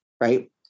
right